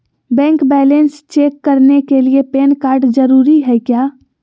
Bank balance check करने के लिए पैन कार्ड जरूरी है क्या?